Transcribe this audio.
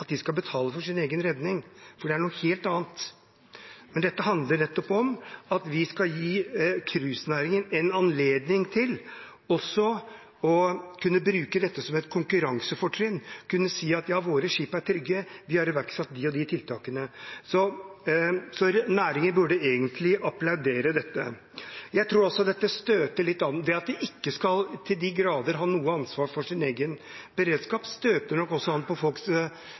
at de skal betale for sin egen redning, for det er noe helt annet – dette handler om at vi skal gi cruisenæringen en anledning til også å kunne bruke dette som et konkurransefortrinn, til å kunne si: Våre skip er trygge, vi har iverksatt de og de tiltakene. Så næringen burde egentlig applaudere dette. Det at de ikke skal, til de grader, ha noe ansvar for sin egen beredskap, støter nok også an mot folks